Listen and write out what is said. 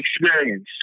experience